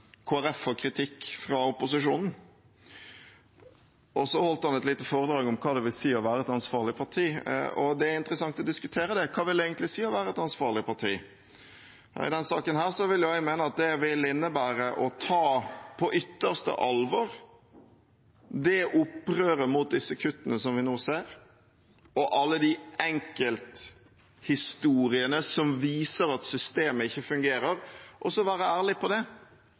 får kritikk fra opposisjonen. Så holdt han et lite foredrag om hva det vil si å være et ansvarlig parti. Og det er interessant å diskutere det – hva vil det egentlig si å være et ansvarlig parti? I denne saken vil jeg mene at det vil innebære å ta på ytterste alvor det opprøret mot disse kuttene som vi nå ser, og alle de enkelthistoriene som viser at systemet ikke fungerer, og så være ærlig på det,